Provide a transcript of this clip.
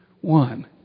One